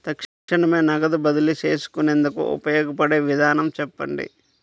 తక్షణమే నగదు బదిలీ చేసుకునేందుకు ఉపయోగపడే విధానము చెప్పండి?